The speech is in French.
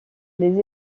les